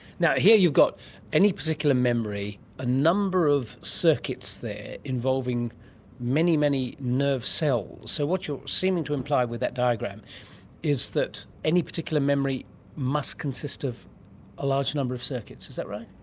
here you've got any particular memory, a number of circuits there involving many, many nerve cells. so what you're seeming to imply with that diagram is that any particular memory must consist of a large number of circuits. is that right?